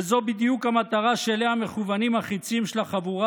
וזו בדיוק המטרה שאליה מכוונים החיצים של החבורה